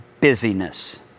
busyness